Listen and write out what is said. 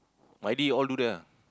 Maidy all do that ah